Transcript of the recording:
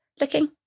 looking